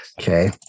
Okay